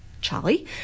charlie